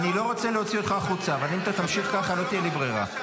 אל תבלבל בזרם.